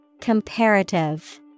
Comparative